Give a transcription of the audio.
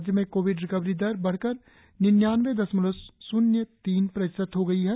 राज्य में COVID recovery दर बढ़कर निन्यानवे दशमलव शून्य तीन प्रतिशत हो गई है